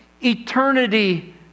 eternity